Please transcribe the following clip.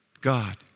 God